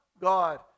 God